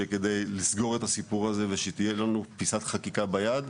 שכדי לסגור את הסיפור הזה וכדי שתהיה לנו פיסת חקיקה ביד,